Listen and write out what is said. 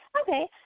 Okay